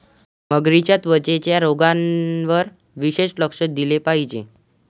मगरींच्या त्वचेच्या रोगांवर विशेष लक्ष दिले पाहिजे